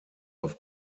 auf